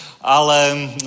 ale